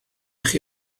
chi